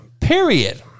period